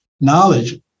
knowledge